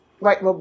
right